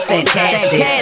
Fantastic